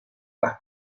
las